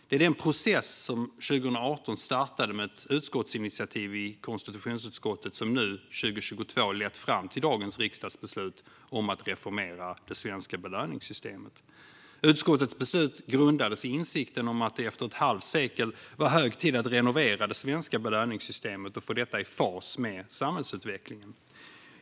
Det är den process som 2018 startade med ett utskottsinitiativ i konstitutionsutskottet som nu 2022 lett fram till dagens riksdagsbeslut om att reformera det svenska belöningssystemet. Utskottets beslut grundades på insikten att det efter ett halvt sekel var hög tid att renovera det svenska belöningssystemet och få det i fas med samhällsutvecklingen.